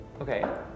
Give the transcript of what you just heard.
Okay